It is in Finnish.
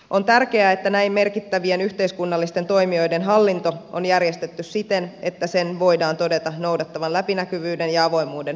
on tärkeää että näin merkittävien yhteiskunnallisten toimijoiden hallinto on järjestetty siten että sen voidaan todeta noudattavan läpinäkyvyyden ja avoimuuden periaatteita